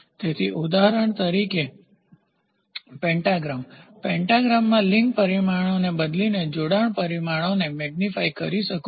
તેથી ઉદાહરણ તરીકે પેન્ટાગ્રામ પેન્ટાગ્રામમાં લિંક પરિમાણો બદલીને જોડાણના પરિમાણો ને મેગ્નીફાયવિસ્તૃત કરી શકો છો